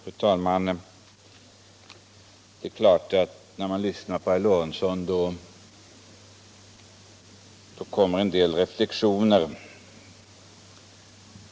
Fru talman! Det är klart att när man lyssnar på herr Lorentzon kommer en del reflexioner.